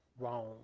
Wrong